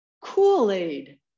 Kool-Aid